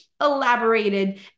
elaborated